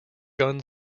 gun